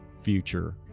future